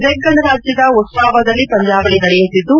ಜೆಕ್ ಗಣರಾಜ್ಯದ ಒಸ್ಟಾವಾದಲ್ಲಿ ಪಂದ್ಯಾವಳಿ ನಡೆಯುತ್ತಿದ್ದು